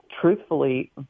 truthfully